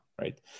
right